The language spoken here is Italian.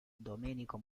domenico